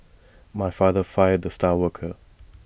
my father fired the star worker